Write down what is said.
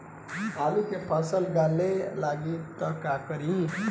आलू के फ़सल गले लागी त का करी?